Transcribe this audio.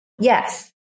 Yes